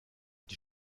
die